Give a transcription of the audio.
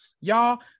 Y'all